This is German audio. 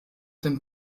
dem